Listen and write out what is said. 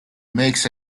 makes